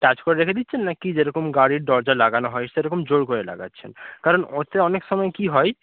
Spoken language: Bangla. টাচ করে রেখে দিচ্ছেন না কি যেরকম গাড়ির দরজা লাগানো হয় সেরকম জোর করে লাগাচ্ছেন কারণ ওতে অনেক সময় কী হয়